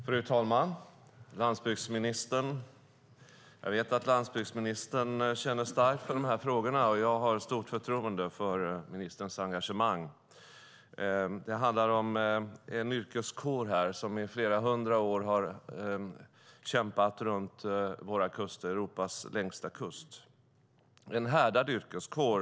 Fru talman! Landsbygdsministern! Jag vet att landsbygdsministern känner starkt för de här frågorna, och jag har stort förtroende för ministerns engagemang. Här handlar det om en yrkeskår som i flera hundra år har kämpat runt våra kuster, Europas längsta kust. Det är en härdad yrkeskår.